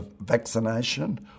vaccination